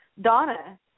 Donna